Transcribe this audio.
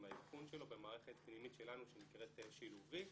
עם האבחון שלו במערכת פנימית שלנו שנקראת "שילובית".